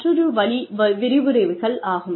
மற்றொரு வழி விரிவுரைகள் ஆகும்